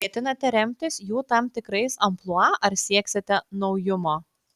ketinate remtis jų tam tikrais amplua ar sieksite naujumo